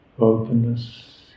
openness